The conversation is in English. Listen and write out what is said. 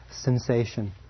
sensation